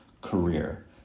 career